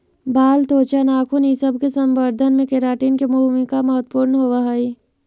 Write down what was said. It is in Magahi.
बाल, त्वचा, नाखून इ सब के संवर्धन में केराटिन के भूमिका महत्त्वपूर्ण होवऽ हई